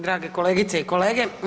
Drage kolegice i kolege.